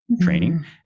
training